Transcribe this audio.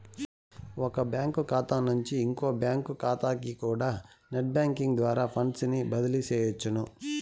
ఒక బ్యాంకు కాతా నుంచి ఇంకో బ్యాంకు కాతాకికూడా నెట్ బ్యేంకింగ్ ద్వారా ఫండ్సుని బదిలీ సెయ్యొచ్చును